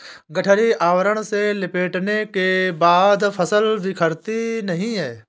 गठरी आवरण से लपेटने के बाद फसल बिखरती नहीं है